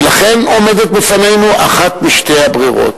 ולכן עומדת בפנינו אחת משתי האפשרויות: